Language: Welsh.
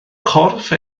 corff